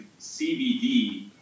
CBD